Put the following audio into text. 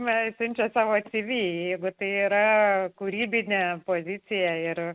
meistrė sau atsivėrė jeigu tai yra kūrybinę poziciją ir